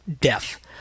death